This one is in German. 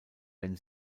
wenn